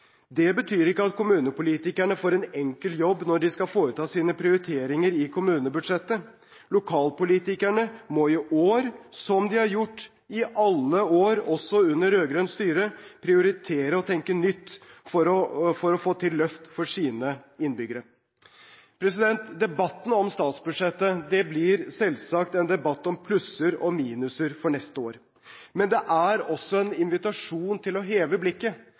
Det betyr ikke at kommunepolitikerne får en enkel jobb når de skal foreta sine prioriteringer i kommunebudsjettet. Lokalpolitikerne må i år, som de har gjort i alle år, også under rød-grønt styre, prioritere og tenke nytt for å få til løft for sine innbyggere. Debatten om statsbudsjettet blir selvsagt en debatt om plusser og minuser for neste år. Men det er også en invitasjon til å heve blikket,